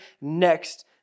next